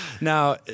now